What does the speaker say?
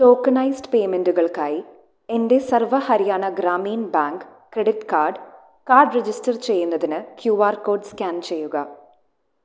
tokenised പേയ്മെൻ്റുകൾക്കായി എൻ്റെ Sarva Haryana Gramin bank credit card card register ചെയ്യുന്നതിന് ക്യു ആർ കോഡ് സ്കാൻ ചെയ്യുക